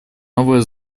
новая